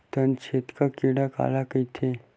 तनाछेदक कीट काला कइथे?